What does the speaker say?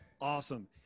Awesome